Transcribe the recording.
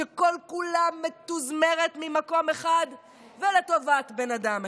שכל-כולה מתוזמרת ממקום אחד ולטובת אדם אחד.